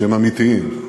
שהם אמיתיים.